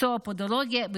מקצוע הפודולוגיה,